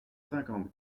cinquante